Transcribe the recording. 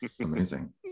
amazing